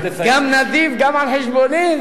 גם נדיב וגם על חשבוני?